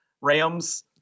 rams